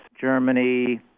Germany